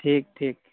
ᱴᱷᱤᱠ ᱴᱷᱤᱠ